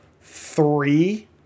three